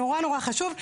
נורא נורא חשוב.